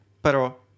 pero